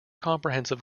comprehensive